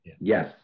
Yes